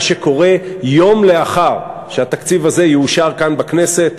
שקורה יום לאחר שהתקציב הזה יאושר כאן בכנסת,